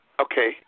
Okay